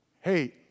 hey